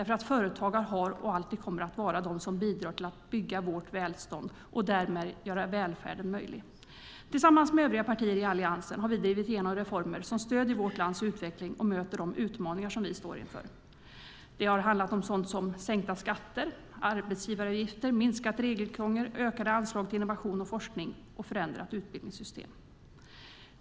Företagare har varit, och kommer alltid att vara, de som bidragit till att bygga vårt välstånd och därmed göra välfärden möjlig. Tillsammans med övriga partier i Alliansen har vi drivit igenom reformer som stöder vårt lands utveckling och möter de utmaningar som vi står inför. Det har handlat om sådant som sänkta skatter och arbetsgivaravgifter, minskat regelkrångel, ökade anslag till innovation och forskning och ett förändrat utbildningssystem.